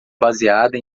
baseada